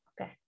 okay